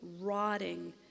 rotting